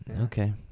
Okay